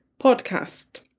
Podcast